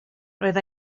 roedd